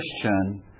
Christian